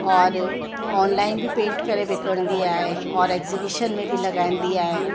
और ऑनलाइन बि पेटिंग करे विकिणंदी आहे और एक्ज़ीबीशन में बि लॻाईंदी आहे